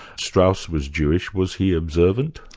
strauss was jewish was he observant?